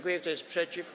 Kto jest przeciw?